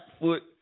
foot